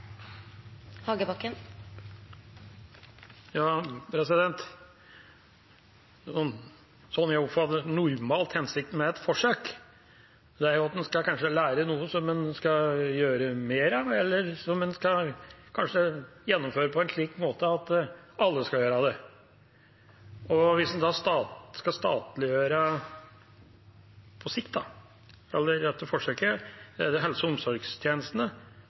hensikten med et forsøk, er at man skal lære noe, noe som en skal gjøre mer av, eller som en kanskje skal gjennomføre på en slik måte at alle skal gjøre det. Hvis en da skal statliggjøre på sikt, eller etter forsøket, helse- og omsorgstjenestene,